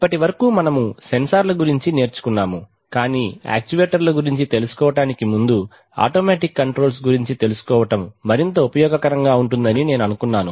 ఇప్పటివరకు మనము సెన్సార్ల గురించి నేర్చుకున్నాము కాని యాక్చువేటర్ల గురించి తెలుసుకోవడానికి ముందు ఆటోమేటిక్ కంట్రోల్స్ గురించి తెలుసుకోవడం మరింత ఉపయోగకరంగా ఉంటుందని నేను అనుకున్నాను